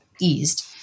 eased